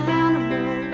animal